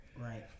Right